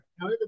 Now